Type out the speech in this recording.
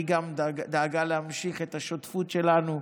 היא גם דאגה להמשיך את השותפות שלנו,